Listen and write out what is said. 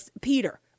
Peter